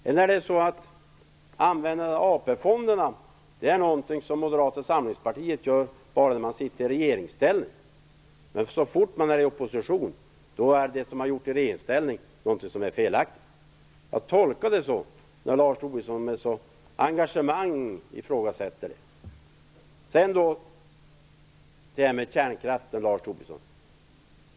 Eller är användande av AP-fonderna något som Moderata samlingspartiet ägnar sig åt bara då man sitter i regeringsställning? Så fort man är i opposition är det som man har gjort i regeringsställning felaktigt. Jag tolkar det så när Lars Tobisson med sådant engagemang ifrågasätter. Så till frågan om kärnkraften, Lars Tobisson.